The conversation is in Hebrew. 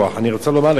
אני רוצה לומר לך.